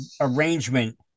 Arrangement